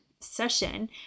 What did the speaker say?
session